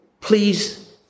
please